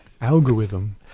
Algorithm